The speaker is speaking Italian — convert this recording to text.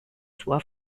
sua